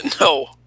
No